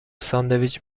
ساندویچ